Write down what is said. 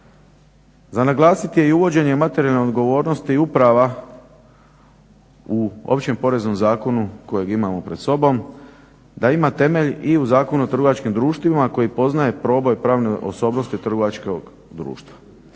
Za naglasit je i uvođenje materijalne odgovornosti uprava u Općem poreznom zakonu kojeg imamo pred sobom, da ima temelj i u Zakonu o trgovačkim društvima koji poznaje proboj pravne osobnosti trgovačkog društva.